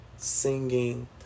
Singing